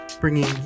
bringing